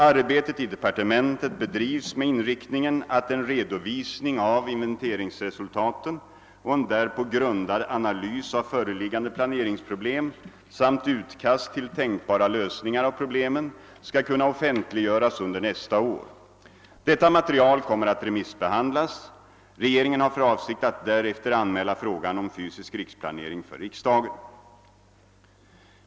Arbetet i departementet bedrivs med inriktningen att en redovisning av inventeringsresultaten och en därpå grundad analys av föreliggande planeringsproblem samt utkast till tänkbara lösningar av problemen skall kunna offentliggöras under nästa år. Detta material kommer att remissbehandlas. Regeringen har för avsikt att därefter anmäla frågan om fysisk riksplanering för riksdagen.